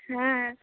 হ্যাঁ